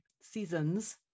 seasons